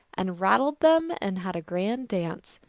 and rattled them and had a grand dance.